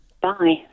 Bye